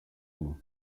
μου